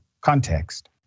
context